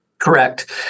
Correct